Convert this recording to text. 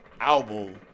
album